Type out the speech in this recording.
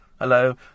hello